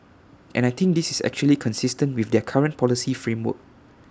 and I think this is actually consistent with their current policy framework